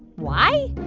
why?